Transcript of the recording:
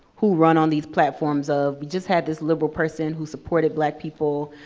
who run on these platforms of, we just had this liberal person who supported black people.